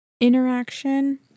interaction